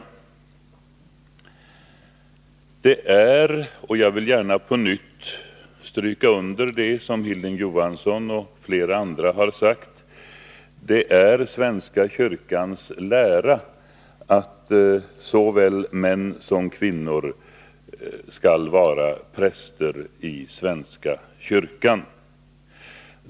Det är — jag vill gärna på nytt stryka under det som Hilding Johansson och flera andra har sagt — svenska kyrkans lära, att såväl män som kvinnor skall vara präster i svenska kyrkan.